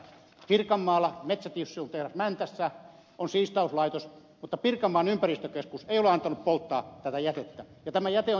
pirkanmaalla metsä tissue tehdas mäntässä on siistauslaitos mutta pirkanmaan ympäristökeskus ei ole antanut polttaa tätä jätettä ja tämä jäte on jouduttu ajamaan kaatopaikalle